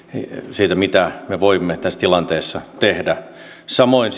mitä me voimme tässä tilanteessa tehdä samoin